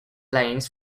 lanes